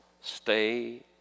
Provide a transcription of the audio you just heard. Stay